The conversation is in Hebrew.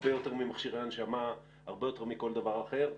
הרבה יותר ממכשירי הנשמה, הרבה יותר מכל דבר אחר.